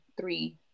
three